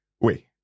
Oui